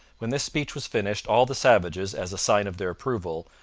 when this speech was finished all the savages, as a sign of their approval,